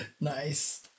Nice